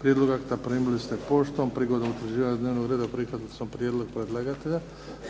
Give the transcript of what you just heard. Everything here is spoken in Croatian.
Prijedlog akta primili ste poštom. Prigodom utvrđivanja dnevnog reda prihvatili smo prijedlog predlagatelja